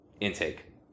intake